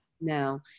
No